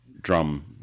drum